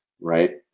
right